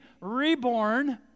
reborn